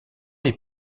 les